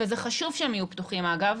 וזה חשוב שהם יהיו פתוחים, אגב,